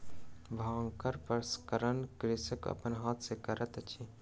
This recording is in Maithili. भांगक प्रसंस्करण कृषक अपन हाथ सॅ करैत अछि